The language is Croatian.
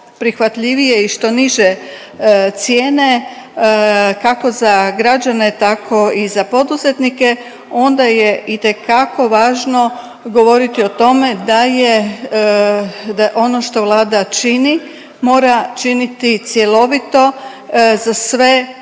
prihvatljivije i što niže cijene kako za građane tako i za poduzetnike onda je itekako važno govoriti o tome da je ono što Vlada čini mora činiti cjelovito za sve